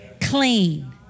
clean